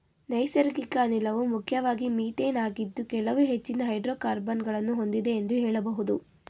ನೈಸರ್ಗಿಕ ಅನಿಲವು ಮುಖ್ಯವಾಗಿ ಮಿಥೇನ್ ಆಗಿದ್ದು ಕೆಲವು ಹೆಚ್ಚಿನ ಹೈಡ್ರೋಕಾರ್ಬನ್ ಗಳನ್ನು ಹೊಂದಿದೆ ಎಂದು ಹೇಳಬಹುದು